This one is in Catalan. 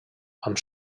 amb